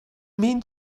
mean